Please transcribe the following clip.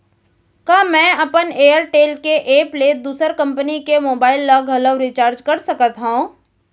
का मैं अपन एयरटेल के एप ले दूसर कंपनी के मोबाइल ला घलव रिचार्ज कर सकत हव?